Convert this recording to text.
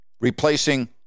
replacing